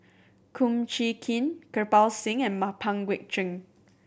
Kum Chee Kin Kirpal Singh and Pang Guek Cheng